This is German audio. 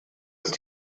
ist